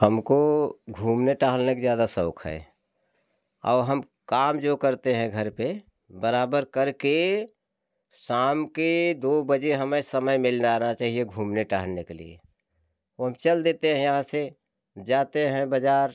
हमको घूमने टहलने के ज़्यादा शौक है और हम काम जो करते हैं घर पे बराबर कर के साम के दो बजे हमें समय मिल रहना चाहिए घूमने टहलने के लिए ओ हम चल देते हैं यहाँ से जाते हैं बाजार